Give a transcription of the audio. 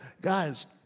guys